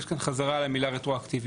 יש פה חזרה על המילה 'רטרואקטיביות'.